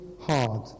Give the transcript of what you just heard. hard